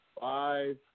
five